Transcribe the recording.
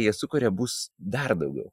jie sukuria bus dar daugiau